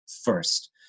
first